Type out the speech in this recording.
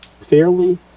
fairly